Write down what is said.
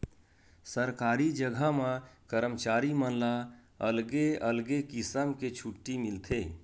सरकारी जघा म करमचारी मन ला अलगे अलगे किसम के छुट्टी मिलथे